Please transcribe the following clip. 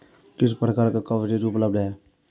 किस प्रकार का कवरेज उपलब्ध है?